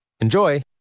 Enjoy